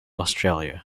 australia